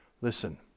listen